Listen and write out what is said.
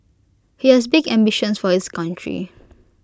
he has big ambitions for his country